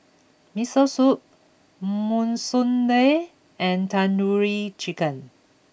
Miso Soup Monsunabe and Tandoori Chicken